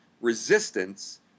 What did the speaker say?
resistance